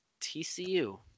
TCU